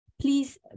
Please